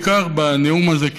בעיקר בנאום הזה,